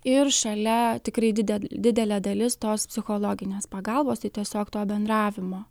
ir šalia tikrai didel didelė dalis tos psichologinės pagalbos tai tiesiog to bendravimo